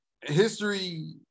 History